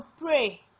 pray